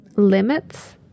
limits